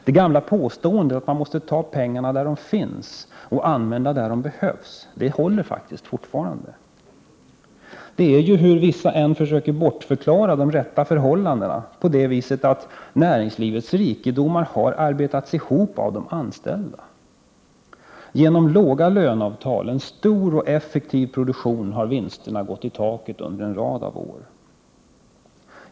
Det gamla påståendet att man måste ta pengar där de finns och använda dem där de behövs håller faktiskt fortfarande. Det är ju, hur än vissa försöker bortförklara de rätta förhållandena, på det viset att näringslivets rikedomar har arbetats ihop av de anställda. Genom låga löneavtal och en stor, effektiv produktion har vinsterna gått i taket under en följd av år.